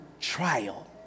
trial